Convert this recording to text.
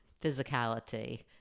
physicality